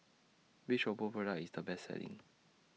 Which Oppo Product IS The Best Selling